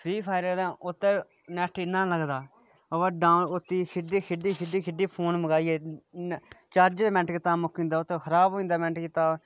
free Fire उत्त net इन्ना लगदा उसी खेढी खेढी फोन मुकाई ओड़दे चार्जर मैंट कीते दा मुक्की जंदा मैंट कीते दा खराब होई जंदा